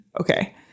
Okay